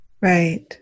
Right